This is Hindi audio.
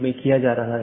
बल्कि कई चीजें हैं